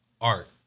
art